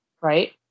right